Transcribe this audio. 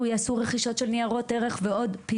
רכישות של ניירות ערך ועוד.